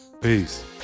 Peace